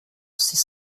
six